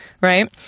right